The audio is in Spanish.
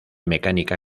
mecánica